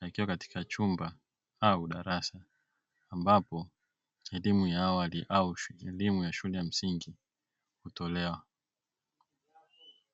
yakiwa katika chumba au darasa ambapo elimu ya awali au elimu ya shule ya msingi hutolewa.